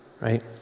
right